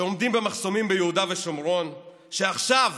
שעומדים במחסומים ביהודה ושומרון, שעכשיו